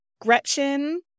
Gretchen